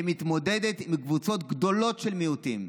שמתמודדת עם קבוצות גדולות של מיעוטים.